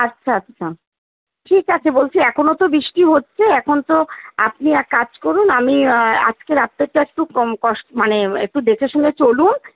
আচ্ছা আচ্ছা ঠিক আছে বলছি এখনও তো বৃষ্টি হচ্ছে এখন তো আপনি এক কাজ করুন আমি আজকে রাত্তেরটা একটু কম কশ মানে একটু দেখে শুনে চলুন